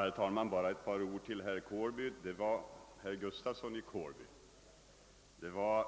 Herr talman! Bara ett par ord till herr Gustafsson i Kårby. Det var